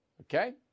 okay